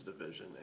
division